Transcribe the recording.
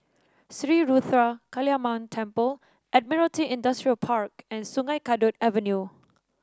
Sri Ruthra Kaliamman Temple Admiralty Industrial Park and Sungei Kadut Avenue